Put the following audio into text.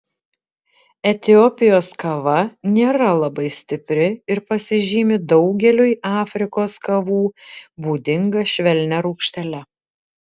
etiopijos kava nėra labai stipri ir pasižymi daugeliui afrikos kavų būdinga švelnia rūgštele